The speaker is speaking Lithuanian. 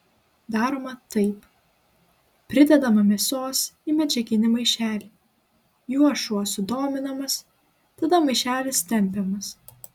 daroma taip pridedama mėsos į medžiaginį maišelį juo šuo sudominamas tada maišelis tempiamas